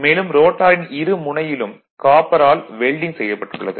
மேலும் ரோட்டாரின் இரு முனையிலும் காப்பரால் வெல்டிங் செய்யப்பட்டுள்ளது